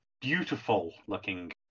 beautiful-looking